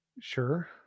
Sure